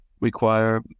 require